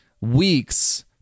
weeks